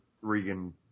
Regan